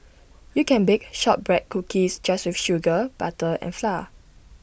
you can bake Shortbread Cookies just with sugar butter and flour